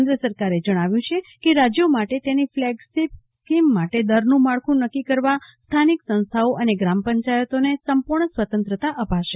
કેન્દ્ર સરકારે જણાવ્યું છે કે રાજ્યો માટે તેની ફલેગશીપ સ્કીમ માટે દરનું માળખું નક્કી કરવા સ્થાનિક સંસ્થાઓ અને ગ્રામ પંચાયતોને સંપૂર્ણ સ્વતંત્રતા અપાશે